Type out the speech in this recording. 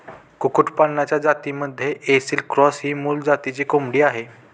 कुक्कुटपालनाच्या जातींमध्ये ऐसिल क्रॉस ही मूळ जातीची कोंबडी आहे